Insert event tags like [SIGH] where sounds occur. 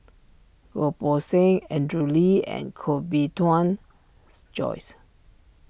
Goh Poh Seng Andrew Lee and Koh Bee Tuan [NOISE] Joyce